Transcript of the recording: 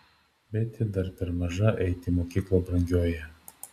bet ji dar per maža eiti į mokyklą brangioji